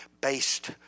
based